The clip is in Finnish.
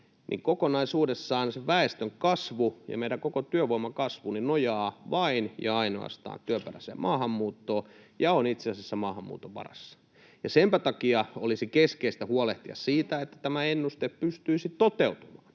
niin kokonaisuudessaan väestönkasvu ja meidän koko työvoiman kasvu nojaavat vain ja ainoastaan työperäiseen maahanmuuttoon ja ovat itse asiassa maahanmuuton varassa. Senpä takia olisi keskeistä huolehtia siitä, että tämä ennuste pystyisi toteutumaan,